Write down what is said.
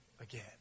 again